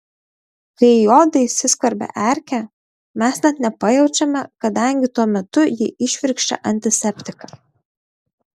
kai į odą įsiskverbia erkė mes net nepajaučiame kadangi tuo metu ji įšvirkščia antiseptiką